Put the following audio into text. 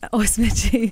o svečiai